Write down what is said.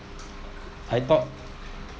I thought